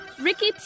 Ricky